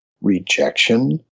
rejection